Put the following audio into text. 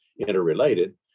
interrelated